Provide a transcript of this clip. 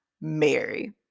Mary